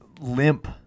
limp